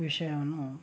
ವಿಷಯವು